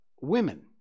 women